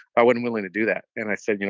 i wasn't willing to do that. and i said, you know,